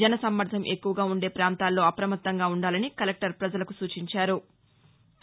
జన సమ్మర్దం ఎక్కువగా ఉండే ప్రాంతాల్లో అప్రమత్తంగా ఉండాలని కలెక్టర్ ప్రజలకు సూచించారు